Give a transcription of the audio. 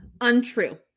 Untrue